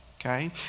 okay